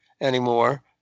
anymore